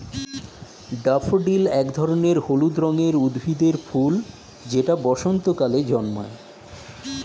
daffodil এক ধরনের হলুদ রঙের উদ্ভিদের ফুল যেটা বসন্তকালে জন্মায়